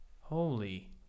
holy